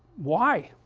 why,